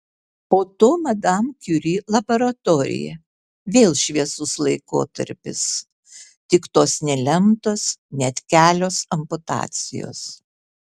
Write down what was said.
po to madam kiuri laboratorija vėl šviesus laikotarpis tik tos nelemtos net kelios amputacijos